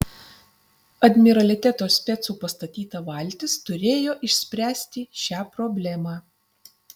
admiraliteto specų pastatyta valtis turėjo išspręsti šią problemą